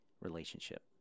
relationship